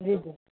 जी जी